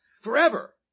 forever